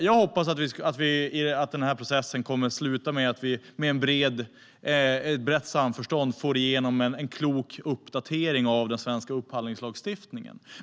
Jag hoppas att den här processen kommer att sluta med att vi i brett samförstånd får igenom en klok uppdatering av den svenska upphandlingslagstiftningen.